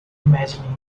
imagining